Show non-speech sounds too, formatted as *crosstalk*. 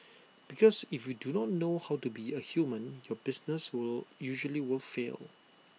*noise* because if you do not know how to be A human your business usually will fail